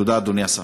תודה, אדוני השר.